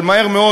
אבל מהר מאוד,